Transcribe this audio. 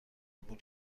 قبول